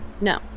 No